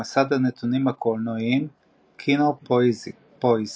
במסד הנתונים הקולנועיים KinoPoisk